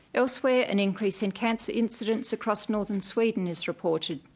elsewhere an increase in cancer incidence across northern sweden is reported.